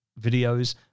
videos